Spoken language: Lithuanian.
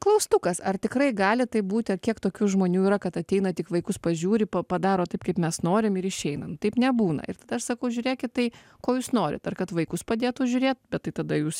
klaustukas ar tikrai gali taip būti kiek tokių žmonių yra kad ateina tik vaikus pažiūri pa padaro taip kaip mes norim ir išeinam taip nebūna ir tada aš sakau žiūrėkit tai ko jūs norit ar kad vaikus padėtų žiūrėt bet tai tada jūs